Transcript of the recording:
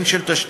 גם של תשתיות,